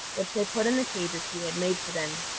which they put in the cages he had made for them.